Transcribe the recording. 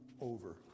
over